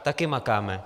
Taky makáme!